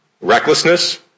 recklessness